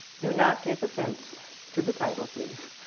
do not take offense to the title, please,